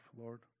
Lord